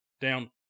down